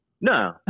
No